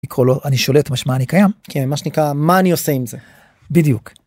לקרוא לו אני שולט משמע אני קיים כן מה שנקרא מה אני עושה עם זה בדיוק.